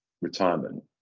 retirement